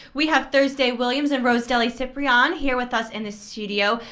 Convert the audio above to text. we have thursday williams and rosdely so ciprian here with us in the studio.